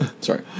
Sorry